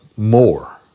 more